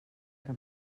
que